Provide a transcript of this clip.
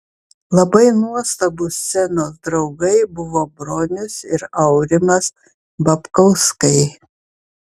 labai nuostabūs scenos draugai buvo bronius ir aurimas babkauskai